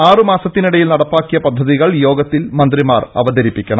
ആറുമാസത്തിനിടയിൽ നടപ്പാക്കിയ പദ്ധതികൾ യോഗത്തിൽ മന്ത്രിമാർ അവതരിപ്പിക്കണം